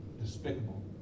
despicable